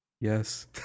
Yes